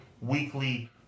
Weekly